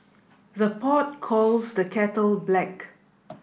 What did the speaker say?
the pot calls the kettle black